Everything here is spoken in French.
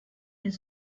les